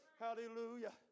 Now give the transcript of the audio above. Hallelujah